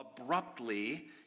abruptly